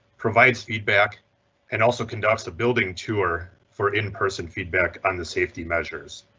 provides feedback and also conducts the building tour for in person feedback on the safety measures.